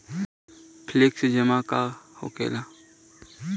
Flexi जमा का होखेला?